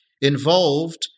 involved